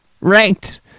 ranked